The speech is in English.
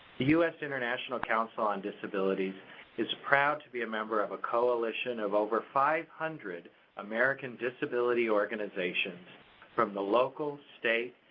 the u s. international council on disabilities is proud to be a member of a coalition of over five hundred american disability organizations from the local, state,